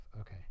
Okay